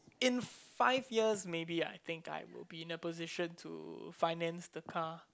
in five years maybe I think I will in a position to finance the car